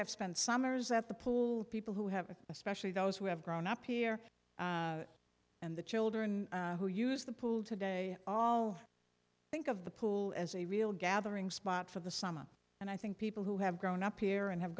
have spent summers at the pool people who have especially those who have grown up here and the children who use the pool today all think of the pool as a real gathering spot for the summer and i think people who have grown up here and have